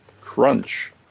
Crunch